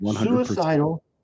Suicidal